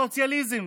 סוציאליזם.